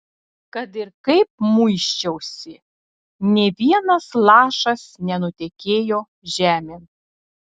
kad ir kaip muisčiausi nė vienas lašas nenutekėjo žemėn